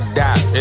die